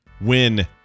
Win